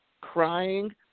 crying